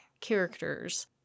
characters